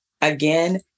again